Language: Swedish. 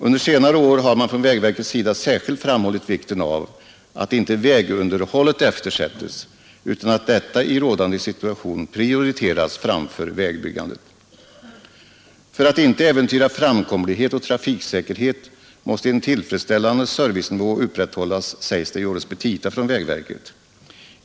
Under senare år har vägverket särskilt framhållit vikten av att vägunderhållet inte eftersätts utan i rådande situation prioriteras framför vägbyggandet. För att inte framkomlighet och trafiksäkerhet skall äventyras måste en tillfredsställande servicenivå upprätthållas, sägs det i årets petita från vägverket.